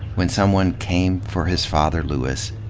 when someone came for his father, lewis,